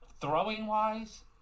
throwing-wise